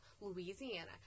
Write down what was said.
Louisiana